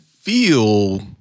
feel